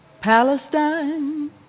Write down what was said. Palestine